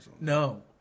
No